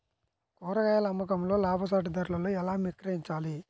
కూరగాయాల అమ్మకంలో లాభసాటి ధరలలో ఎలా విక్రయించాలి?